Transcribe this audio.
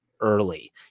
early